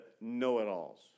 know-it-alls